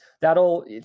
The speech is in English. that'll